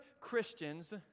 Christians